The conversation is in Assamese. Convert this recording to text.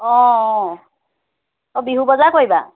অঁ অঁ অঁ অঁ বিহু বজাৰ কৰিবা